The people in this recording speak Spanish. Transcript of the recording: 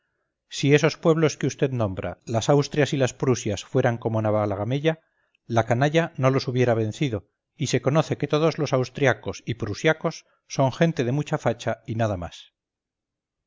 si esos pueblos que vd nombra las austrias y las prusias fueran como navalagamella la canalla no los hubiera vencido y se conoce que todos los austriacos y prusiacos son gente de mucha facha y nada más